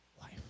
life